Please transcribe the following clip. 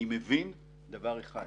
אני מבין דבר אחד